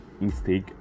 mistake